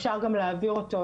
אפשר גם להעביר אותו,